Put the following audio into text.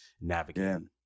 navigating